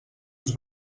ens